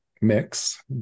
mix